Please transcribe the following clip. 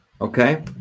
Okay